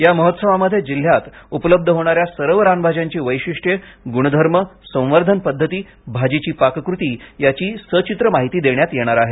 या महोत्सवामध्ये जिल्हयात उपलब्ध होणाऱ्या सर्व रानभाज्यांची वैशिष्ट्ये गुणधर्म संवर्धन पध्दती भाजीची पाककृती याची सचित्र माहिती देण्यात येणार आहे